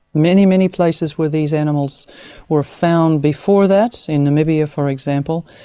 many, many places where these animals were found before that, in namibia for example,